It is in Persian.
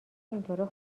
اینطوره